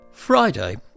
Friday